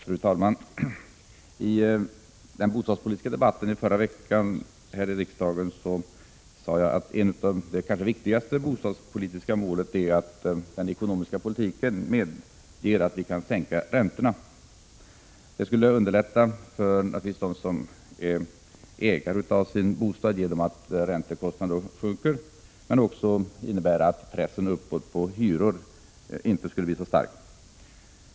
Fru talman! I riksdagens bostadspolitiska debatt förra veckan sade jag att det kanske viktigaste bostadspolitiska målet är att den ekonomiska politiken medger att vi kan sänka räntorna. Minskade räntekostnader skulle naturligtvis underlätta situationen för dem som är ägare till sin bostad men också innebära att pressen uppåt på hyrorna inte skulle bli så stark.